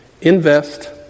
invest